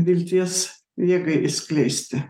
vilties jėgai išskleisti